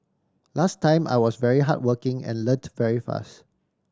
last time I was very hardworking and learnt very fast